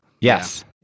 Yes